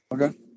Okay